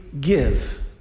give